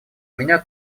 меня